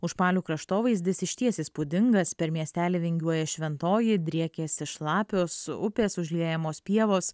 užpalių kraštovaizdis išties įspūdingas per miestelį vingiuoja šventoji driekėsi šlapios upės užliejamos pievos